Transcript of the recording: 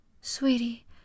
Sweetie